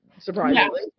surprisingly